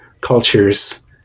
cultures